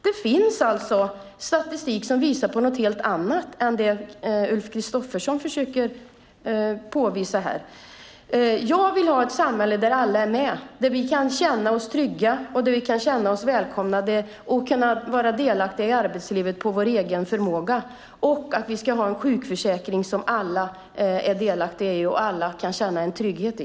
Det finns alltså statistik som visar något helt annat än det som Ulf Kristersson försöker påvisa. Jag vill ha ett samhälle där alla är med, där vi kan känna oss trygga och välkomna och där vi kan vara delaktiga i arbetslivet efter förmåga. Vi ska ha en sjukförsäkring som alla är delaktiga i och alla kan känna sig trygga i.